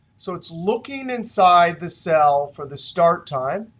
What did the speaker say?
so it's looking inside the cell for the start time,